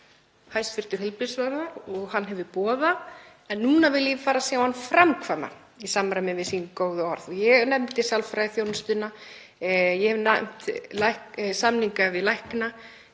Þór Þórsson hefur sagt og hefur boðað en nú vil ég fara að sjá hann framkvæma í samræmi við sín góðu orð. Ég nefndi sálfræðiþjónustuna, ég hef nefnt samninga við lækna,